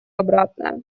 обратное